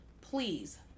Please